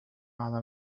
على